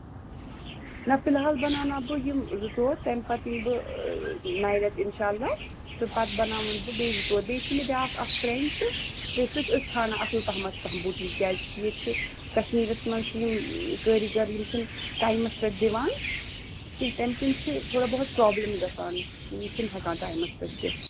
نہ فِلحال بَناوناو بہٕ یِم زٕ ژور تَمہِ پَتہٕ یِمہٕ بہٕ نَوِ رٮ۪تہٕ اِنشاء اللہ تہٕ پَتہٕ بَناوَن بہٕ بیٚیہِ زٕ ژور بیٚیہِ چھِ مےٚ بیٛاکھ اَکھ فرٛٮ۪نٛڈ تہٕ تہٕ سُہ تہِ ٲس ژھانٛڈان اَصٕل پَہمَتھ کانٛہہ بُٹیٖک کیٛازِکہِ ییٚتہِ چھِ کَشمیٖرَس منٛز چھِ یِم کٲری گر یِم چھِنہٕ ٹایمَس پٮ۪ٹھ دِوان کینٛہہ تَمہِ کِنۍ چھِ تھوڑا بہت پرٛابلِم گژھان یِم چھِنہٕ ہٮ۪کان ٹایمَس پٮ۪ٹھ دِتھ